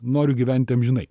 noriu gyventi amžinai